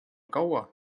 kaua